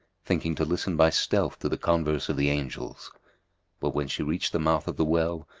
thinking to listen by stealth to the converse of the angels but when she reached the mouth of the well,